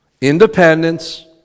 independence